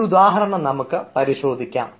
ഒരുദാഹരണം നമുക്ക് പരിശോധിക്കാം